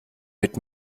mit